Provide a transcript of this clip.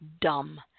dumb